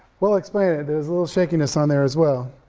we'll explain it, there's a little shakiness on there, as well.